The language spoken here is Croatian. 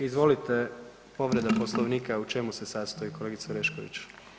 Izvolite povreda Poslovnika, u čemu se sastoji kolegice Orešković?